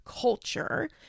culture